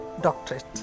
doctorate